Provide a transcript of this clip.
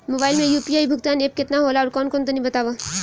Mobile म UPI भुगतान app केतना होला आउरकौन कौन तनि बतावा?